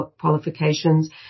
qualifications